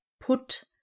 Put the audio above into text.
Put